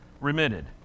remitted